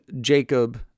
Jacob